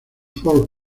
fort